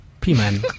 P-Man